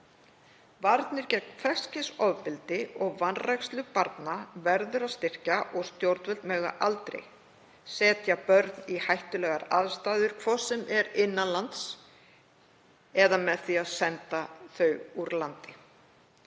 Varnir gegn hvers kyns ofbeldi og vanrækslu barna verður að styrkja og stjórnvöld mega aldrei setja börn í hættulegar aðstæður, hvort sem er innan lands eða með því að senda þau úr landi.